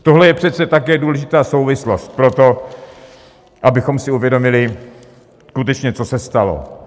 Tohle je přece také důležitá souvislost pro to, abychom si uvědomili skutečně, co se stalo.